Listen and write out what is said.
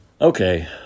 Okay